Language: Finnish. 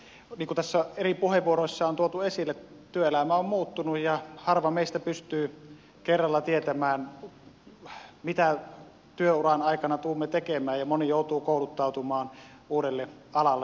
niin kuin tässä eri puheenvuoroissa on tuotu esille työelämä on muuttunut ja harva meistä pystyy kerralla tietämään mitä työuran aikana tulemme tekemään ja moni joutuu kouluttautumaan uudelle alalle